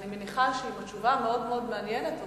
אני מניחה שאם התשובה מאוד מאוד מעניינת אותם,